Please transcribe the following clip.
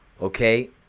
Okay